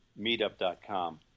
meetup.com